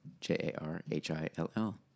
J-A-R-H-I-L-L